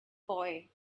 boy